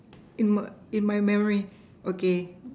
in my in my memory okay